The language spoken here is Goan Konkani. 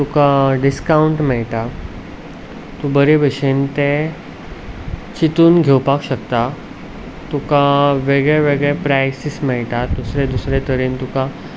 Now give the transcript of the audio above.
तुका डिस्कावंट मेळटा तूं बरे भशेन तें चिंतून घेवपाक शकता तुका वेगळ्या वेगळ्या प्रायसीस मेळटा दुसरे दुसरे तरेन तुका